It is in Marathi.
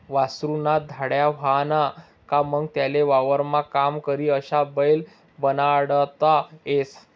वासरु ना धांड्या व्हयना का मंग त्याले वावरमा काम करी अशा बैल बनाडता येस